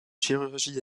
chirurgie